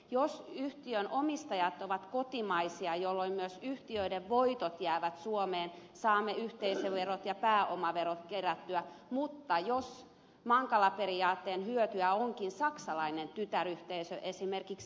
jos yhtiön omistajat ovat kotimaisia jolloin myös yhtiöiden voitot jäävät suomeen saamme yhteisöverot ja pääomaverot kerättyä mutta jos mankala periaatteen hyötyjä onkin saksalainen tytäryhteisö esimerkiksi e